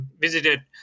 visited